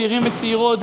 צעירים וצעירות,